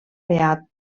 beat